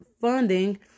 funding